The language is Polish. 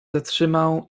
zatrzymał